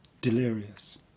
delirious